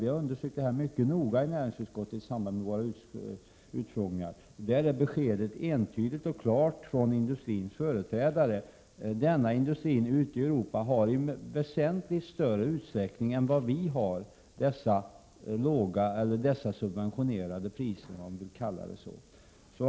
Vi har undersökt detta mycket noggrant i näringsutskottet i samband med våra utfrågningar, och beskedet från industrins företrädare är entydigt och klart: denna industri ute i Europa har i väsentligt större utsträckning än vad vi har dessa subventionerade priser, om man nu vill kalla det så.